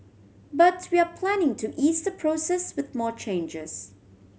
but we are planning to ease the process with more changes